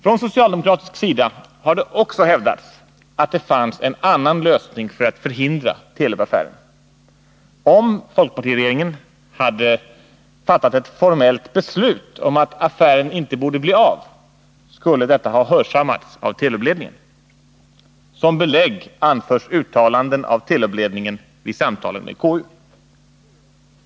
Från socialdemokratisk sida har det också hävdats att det fanns en annan lösning för att förhindra Telub-affären. Om folkpartiregeringen hade fattat ett formellt beslut om att affären inte borde bli av, skulle detta ha hörsammats av Telub-ledningen. Som belägg anförs uttalanden av Telubledningen vid samtalen med konstitutionsutskottet.